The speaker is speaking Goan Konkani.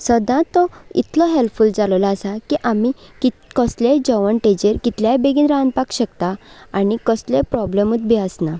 सदांत तो इतलो हॅल्फूल जालोलो आसा की आमी कितें कसलेंय जेवण ताजेर कितल्याय बेगीन रांदपाक शकतात आनी कसले प्रॉब्लमूच बी आसना